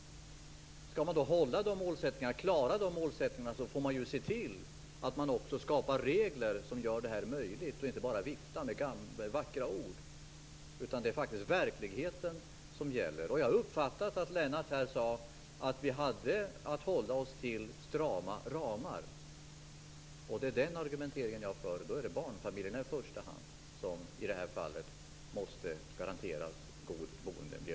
Om man skall klara de målsättningarna måste man se till att man skapar regler som gör det möjligt och inte bara vifta med vackra ord. Det är faktiskt verkligheten som gäller. Jag uppfattade att Lennart Nilsson sade att vi har att hålla oss till strama ramar. Det är den argumenteringen jag för. Då är det i första hand barnfamiljerna som måste garanteras en god boendemiljö.